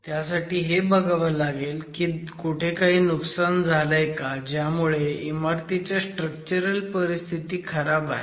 त्यासाठी हे बघावं लागेल की कुठे काही नुकसान झालंय का ज्यामुळे इमारतीच्या स्ट्रक्चरल परिस्थिती खराब आहे